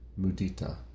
mudita